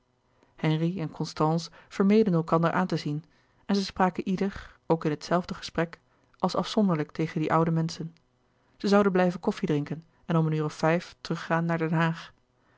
henri en constance vermeden elkander aan te zien en zij spraken ieder ook in het zelfde gesprek als afzonderlijk tegen die oude menschen zij zouden blijven koffie drinken en om een uur of vijf teruggaan naar den haag